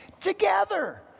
Together